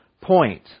point